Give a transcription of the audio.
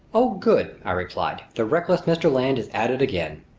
oh good! i replied. the reckless mr. land is at it again!